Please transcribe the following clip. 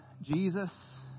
Jesus